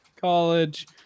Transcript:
College